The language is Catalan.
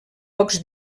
pocs